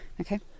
Okay